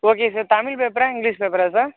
okay sir Tamil பேப்பரா English பேப்பரா sir